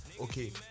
okay